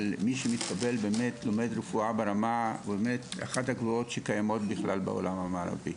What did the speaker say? מי שמתקבל לרפואה לומד ברמה שהיא אחת הגבוהות שקיימות בעולם המערבי,